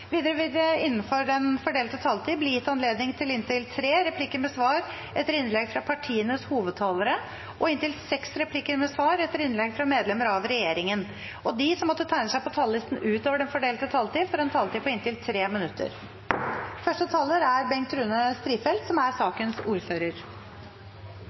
Videre vil det – innenfor den fordelte taletid – bli gitt anledning til inntil seks replikker med svar etter innlegg fra medlemmer av regjeringen, og de som måtte tegne seg på talerlisten utover den fordelte taletid, får også en taletid på inntil 3 minutter. Jeg vil starte med å takke komiteen for et godt samarbeid. Dette er